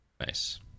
Nice